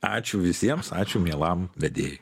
ačiū visiems ačiū mielam vedėjui